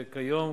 כיום,